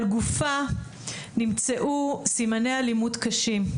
על גופה נמצאו סימני אלימות קשים.